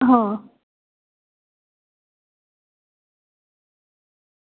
હ